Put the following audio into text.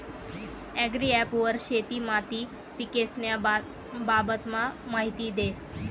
agri app वर शेती माती पीकेस्न्या बाबतमा माहिती देस